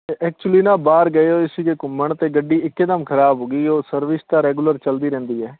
ਅ ਐਚੂਲ਼ੀ ਨਾ ਬਾਹਰ ਗਏ ਹੋਏ ਸੀਗੇ ਘੁੰਮਣ ਅਤੇ ਗੱਡੀ ਇੱਕਦਮ ਖ਼ਰਾਬ ਹੋ ਗਈ ਉਹ ਸਰਵਿਸ ਤਾਂ ਰੈਗੂਲਰ ਚੱਲਦੀ ਰਹਿੰਦੀ ਹੈ